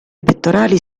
pettorali